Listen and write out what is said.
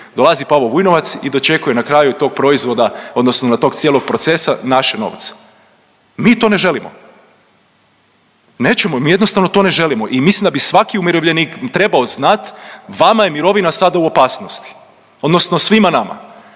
Dolazi Pavo Vujnovac i dočekuje na kraju tog proizvoda, odnosno cijelog tog procesa naše novce. Mi to ne želimo, nećemo! Mi jednostavno to ne želimo! I mislim da bi svaki umirovljenik trebao znati vama je mirovina sada u opasnosti, odnosno svima nama.